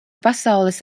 pasaules